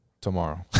tomorrow